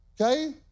okay